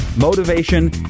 motivation